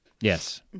Yes